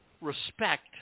respect